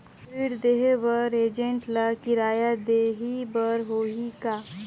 ऋण देहे बर एजेंट ला किराया देही बर होही का?